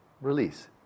release